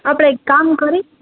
આપણે એક કામ કરી